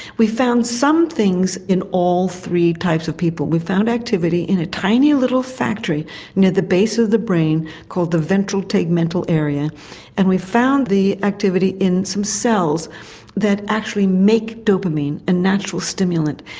we found some things in all three types of people. we found activity in a tiny little factory near the base of the brain called the ventral tegmental area and we found the activity in some cells that actually make dopamine, a natural stimulant,